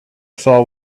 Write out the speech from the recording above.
saw